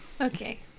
Okay